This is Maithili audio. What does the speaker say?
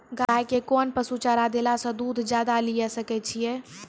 गाय के कोंन पसुचारा देला से दूध ज्यादा लिये सकय छियै?